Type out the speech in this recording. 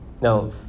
Now